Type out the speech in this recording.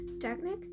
Technic